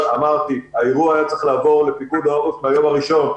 אמרתי שהאירוע היה צריך לעבור לפיקוד העורף ביום הראשון.